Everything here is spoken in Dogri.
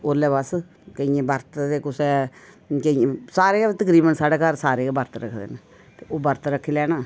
ते उसलै अस केइयें बर्त ते बस सारे गै तकरीबन सारे घर बर्त गै रक्खदे न ते ओह् बर्त रक्खी लैना